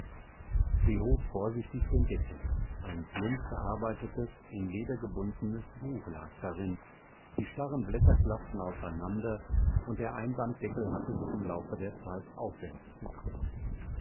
sie hob vorsichtig den deckel ein plump gearbeitetes in leder gebundenes buch lag darin die starren blätter klafften auseinander und der einbanddeckel hatte sich im lauf der zeit aufwärts gekrümmt